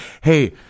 Hey